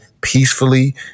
peacefully